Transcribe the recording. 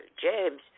James